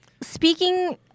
Speaking